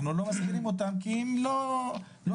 לא מזכירים אותם כי הם לא מתים,